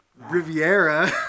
Riviera